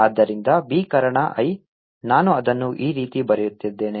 ಆದ್ದರಿಂದ B ಕಾರಣ I ನಾನು ಅದನ್ನು ಈ ರೀತಿ ಬರೆಯುತ್ತಿದ್ದೇನೆ